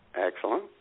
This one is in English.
Excellent